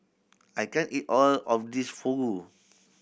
I can't eat all of this Fugu